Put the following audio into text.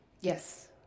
Yes